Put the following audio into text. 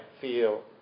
feel